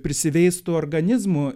prisiveistų organizmų